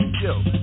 yo